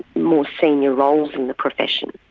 more senior roles in the profession.